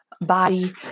body